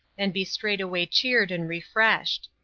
and be straightway cheered and refreshed.